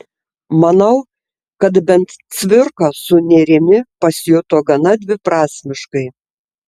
manau kad bent cvirka su nėrimi pasijuto gana dviprasmiškai